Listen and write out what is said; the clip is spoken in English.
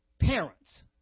parents